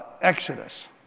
exodus